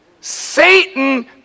Satan